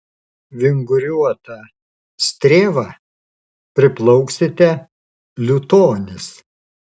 vinguriuota strėva priplauksite liutonis